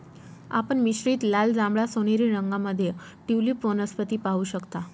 आपण मिश्रित लाल, जांभळा, सोनेरी रंगांमध्ये ट्यूलिप वनस्पती पाहू शकता